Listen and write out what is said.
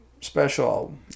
special